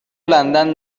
لندن